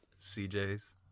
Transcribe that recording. CJ's